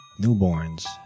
newborns